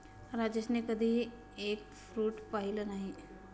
राजेशने कधी egg fruit पाहिलं नाही